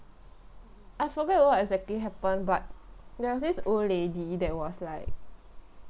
I forgot what exactly happened but there was this old lady that was like